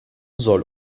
soll